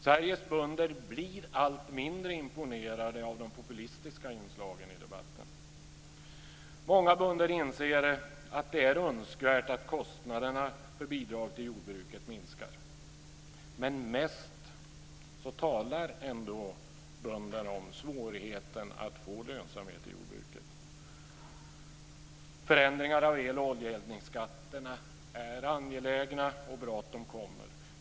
Sveriges bönder blir allt mindre imponerade av de populistiska inslagen i debatten. Många bönder inser att det är önskvärt att kostnaderna för bidrag till jordbruket minskar. Men mest talar ändå bönderna om svårigheten att få lönsamhet i jordbruket. Förändringar av el och oljeeldningsskatterna är angelägna, och det är bra att de kommer.